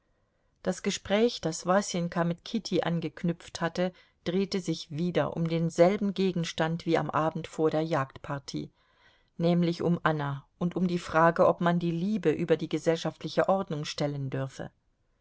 das gespräch das wasenka mit kitty angeknüpft hatte drehte sich wieder um denselben gegenstand wie am abend vor der jagdpartie nämlich um anna und um die frage ob man die liebe über die gesellschaftliche ordnung stellen dürfe